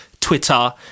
twitter